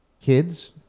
kids